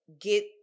get